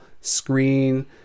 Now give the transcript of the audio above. screen